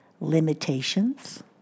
limitations